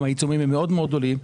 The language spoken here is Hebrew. גם העיצומים הם מאוד מאוד גדולים.